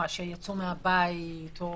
שיצאו מהבית או